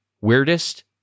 Weirdest